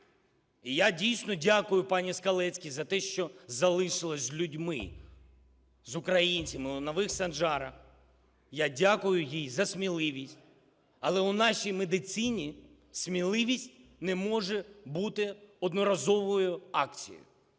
І я, дійсно, дякую пані Скалецькій за те, що залишилась з людьми, з українцями у Нових Санжарах, я дякую їй за сміливість. Але у нашій медицині сміливість не може бути одноразовою акцією.